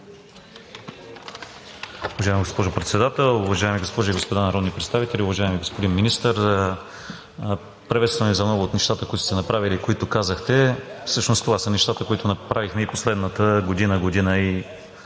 Уважаема госпожо Председател, уважаеми госпожи и господа народни представители! Уважаеми господин Министър, приветствам Ви за много от нещата, които сте направили и които казахте. Всъщност това са неща, които направихме и последната година-година и